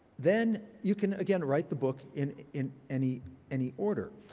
then you can, again, write the book in in any any order.